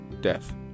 death